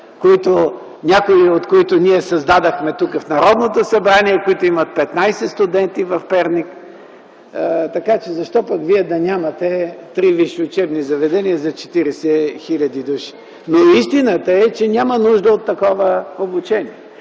някои от тях създадохме тук, в Народното събрание, които имат по 15 студенти, например в Перник, така че защо пък Вие да нямате три висши учебни заведения за 40 хил. души? Истината е, че няма нужда от такова обучение.